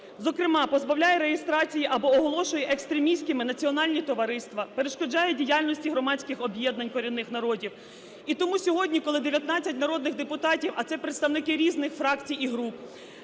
Зокрема, позбавляє реєстрації або оголошує екстремістськими національні товариства, перешкоджає діяльності громадських об'єднань корінних народів. І тому сьогодні, коли 19 народних депутатів, а це представники різних фракцій і груп,